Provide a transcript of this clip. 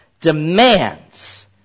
demands